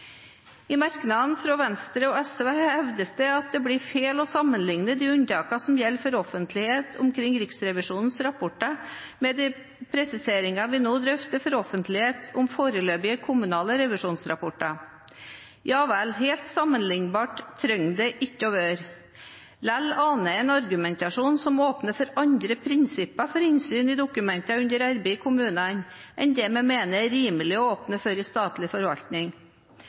I merknadene fra Venstre og SV hevdes det at det blir feil å sammenligne de unntakene som gjelder for offentlighet omkring Riksrevisjonens rapporter, med de presiseringer vi nå drøfter for offentlighet om foreløpige kommunale revisjonsrapporter. Ja vel, helt sammenlignbart trenger det ikke å være. Likevel aner jeg en argumentasjon som åpner for andre prinsipper for innsyn i dokumenter under arbeid i kommunene enn det vi mener er rimelig å åpne for i statlig forvaltning.